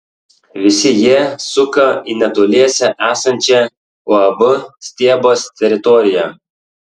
visi jie suka į netoliese esančią uab stiebas teritoriją